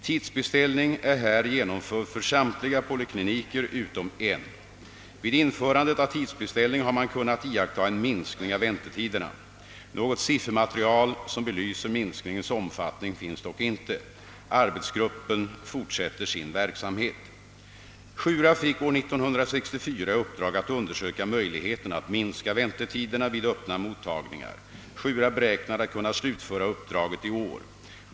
Tidsbeställning är här genomförd för samtliga polikliniker utom en. Vid införandet av tidsbeställning har man kunnat iaktta en minskning av väntetiderna. Något siffermaterial som belyser minskningens omfattning finns dock inte. Arbetsgruppen fortsätter sin verksamhet. SJURA fick år 1964 i uppdrag att undersöka möjligheterna att minska väntetiderna vid öppna mottagningar. SJU RA beräknar att kunna slutföra uppdraget i år.